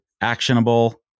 actionable